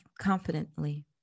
confidently